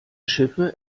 schiffe